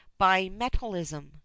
bimetallism